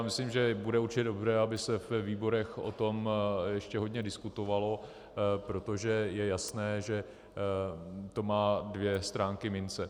Myslím, že bude určitě dobré, aby se ve výborech o tom ještě hodně diskutovalo, protože je jasné, že to má dvě stránky mince.